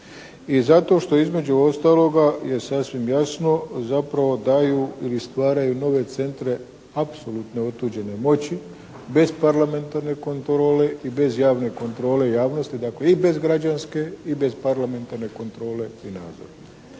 i zato što između ostaloga je sasvim jasno zapravo daju ili stvaraju nove centre apsolutne otuđene moći bez parlamentarne kontrole i bez javne kontrole javnosti dakle i bez građanske i bez parlamentarne kontrole i nadzora.